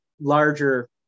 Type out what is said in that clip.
larger